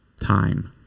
time